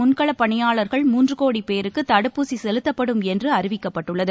முன்களப்பணியாளர்கள் முதற்கட்டமாக மூன்றுகோடி பேருக்குதடுப்பூசிசெலுத்தப்படும்என்று அறிவிக்கப்பட்டுள்ளது